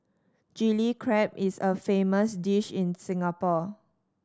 Chilli Crab is a famous dish in Singapore